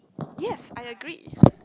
yes I agree